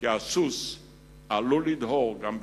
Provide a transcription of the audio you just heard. כי הסוס עלול לדהור גם בלעדיך.